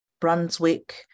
Brunswick